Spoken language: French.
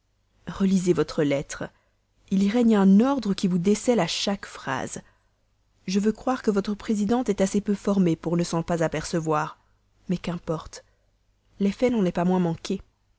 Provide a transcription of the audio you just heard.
relisez votre lettre il y règne un ordre qui vous décèle à chaque phrase je veux croire que votre présidente est assez peu formée pour ne s'en pas apercevoir mais qu'importe l'effet n'en est pas moins manqué